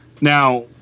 Now